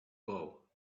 bow